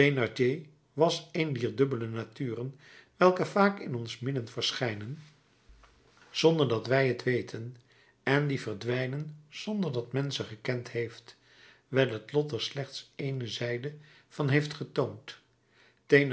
was een dier dubbele naturen welke vaak in ons midden verschijnen zonder dat wij t weten en die verdwijnen zonder dat men ze gekend heeft wijl het lot er slechts ééne zijde van heeft getoond